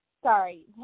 Sorry